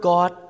God